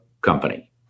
company